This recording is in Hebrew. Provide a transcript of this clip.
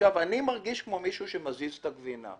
עכשיו, אני מרגיש כמו מישהו שמזיז את הגבינה,